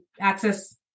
access